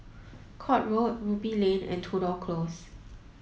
Court Road Ruby Lane and Tudor Close